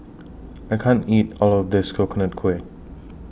I can't eat All of This Coconut Kuih